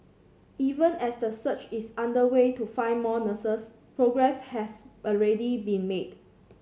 even as the search is underway to find more nurses progress has already been made